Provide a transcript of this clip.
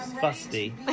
fusty